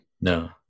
No